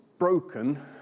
broken